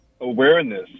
awareness